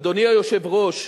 אדוני היושב-ראש,